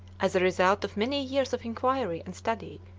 as a result of many years of inquiry and study,